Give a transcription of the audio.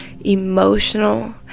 emotional